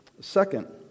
Second